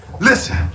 Listen